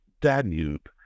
Danube